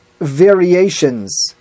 variations